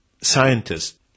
Scientists